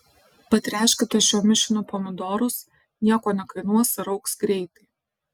patręškite šiuo mišiniu pomidorus nieko nekainuos ir augs greitai